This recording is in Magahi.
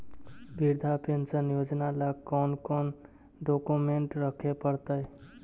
वृद्धा पेंसन योजना ल कोन कोन डाउकमेंट रखे पड़तै?